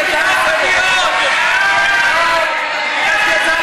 אני ביקשתי הצעה